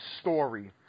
story